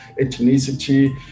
ethnicity